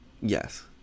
Yes